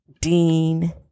Dean